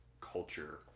culture